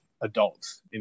adults